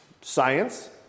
science